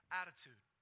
attitude